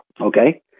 Okay